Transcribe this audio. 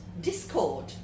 discord